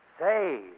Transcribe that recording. Say